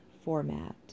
format